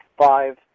five